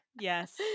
Yes